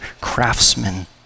craftsman